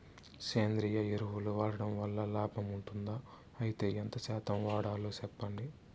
సేంద్రియ ఎరువులు వాడడం వల్ల లాభం ఉంటుందా? అయితే ఎంత శాతం వాడాలో చెప్పండి?